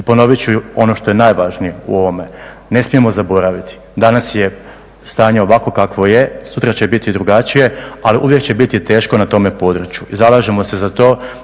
I ponovit ću ono što je najvažnije u ovome, ne smijemo zaboraviti, danas je stanje ovakvo kakvo je, sutra će biti drugačije, ali uvijek će biti teško na tome području. Zalažemo se za to